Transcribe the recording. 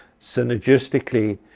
synergistically